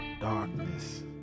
Darkness